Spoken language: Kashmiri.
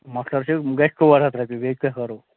مَۄکسر چھُ گژھِ ژور ہَتھ رۄپیہِ بیٚیہِ کیاہ کرو